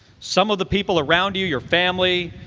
some of the people around you, your family,